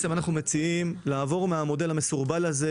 אנחנו מציעים לעבור מהמודל המסורבל הזה,